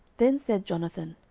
then said jonathan,